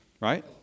Right